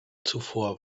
zuvor